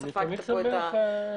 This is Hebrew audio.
וספגת פה -- אני עושה את העבודה שלי.